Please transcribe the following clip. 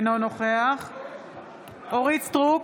נגד אורית מלכה סטרוק,